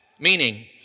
Meaning